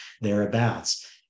thereabouts